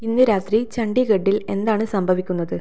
ഇന്ന് രാത്രി ചണ്ഡീഗഢിൽ എന്താണ് സംഭവിക്കുന്നത്